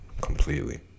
completely